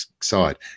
side